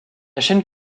chaîne